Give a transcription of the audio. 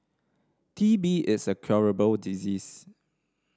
T B is a curable disease